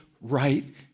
right